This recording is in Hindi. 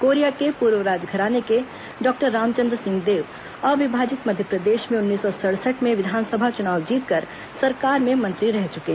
कोरिया के पूर्व राजघराने के डॉक्टर रामचंद्र सिंहदेव अविभाजित मध्यप्रदेश में उन्नीस सौ सड़सढ़ में विधानसभा चुनाव जीतकर सरकार में मंत्री रह चुके हैं